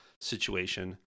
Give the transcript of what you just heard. situation